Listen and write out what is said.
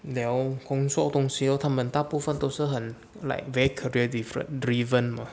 聊工作东西 loh 他们大部分都是很 like very career different driven mah